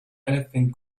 anything